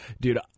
Dude